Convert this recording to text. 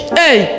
hey